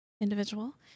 individual